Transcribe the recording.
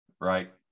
right